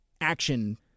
action